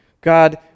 God